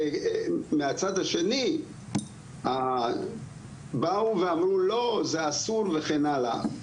ומהצד השני באו ואמרו לא, זה אסור וכן הלאה,